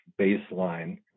baseline